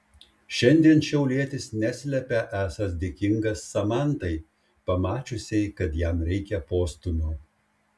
šiandien šiaulietis neslepia esąs dėkingas samantai pamačiusiai kad jam reikia postūmio